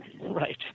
Right